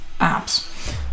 apps